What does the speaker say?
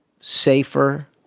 safer